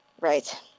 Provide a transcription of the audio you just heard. Right